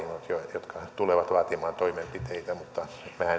jotka tulevat vaatimaan toimenpiteitä mutta